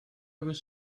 was